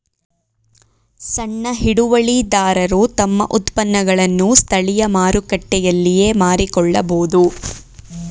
ಸಣ್ಣ ಹಿಡುವಳಿದಾರರು ತಮ್ಮ ಉತ್ಪನ್ನಗಳನ್ನು ಸ್ಥಳೀಯ ಮಾರುಕಟ್ಟೆಯಲ್ಲಿಯೇ ಮಾರಿಕೊಳ್ಳಬೋದು